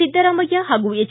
ಸಿದ್ದರಾಮಯ್ಯ ಹಾಗೂ ಎಚ್